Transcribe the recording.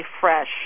fresh